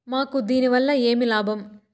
మాకు దీనివల్ల ఏమి లాభం